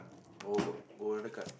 oh got got other card